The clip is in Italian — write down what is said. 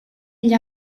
gli